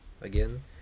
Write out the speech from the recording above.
again